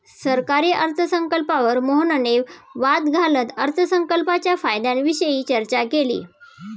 सरकारी अर्थसंकल्पावर मोहनने वाद घालत अर्थसंकल्पाच्या फायद्यांविषयी चर्चा केली